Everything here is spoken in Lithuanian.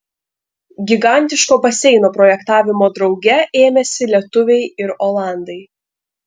gigantiško baseino projektavimo drauge ėmėsi lietuviai ir olandai